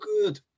good